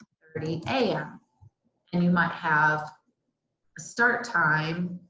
thirty am and you might have start time